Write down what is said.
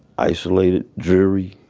isolated, dreary.